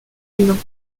humains